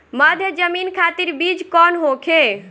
मध्य जमीन खातिर बीज कौन होखे?